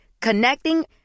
Connecting